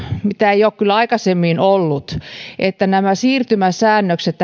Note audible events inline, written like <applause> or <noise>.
mitä ei ole kyllä aikaisemmin ollut että nämä siirtymäsäännökset <unintelligible>